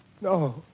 no